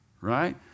right